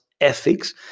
ethics